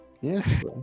Yes